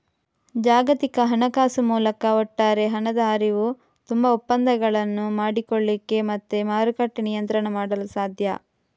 ಜಾಗತಿಕ ಹಣಕಾಸು ಮೂಲಕ ಒಟ್ಟಾರೆ ಹಣದ ಹರಿವು, ತುಂಬಾ ಒಪ್ಪಂದಗಳನ್ನು ಮಾಡಿಕೊಳ್ಳಿಕ್ಕೆ ಮತ್ತೆ ಮಾರುಕಟ್ಟೆ ನಿಯಂತ್ರಣ ಮಾಡಲು ಸಾಧ್ಯ